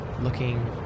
looking